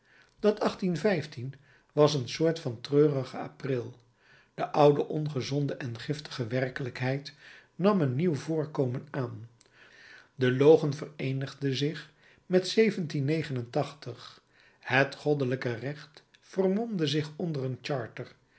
dat was een soort van treurigen april de oude ongezonde en giftige werkelijkheid nam een nieuw voorkomen aan de logen vereenigde zich met het goddelijk recht vermomde zich onder een charter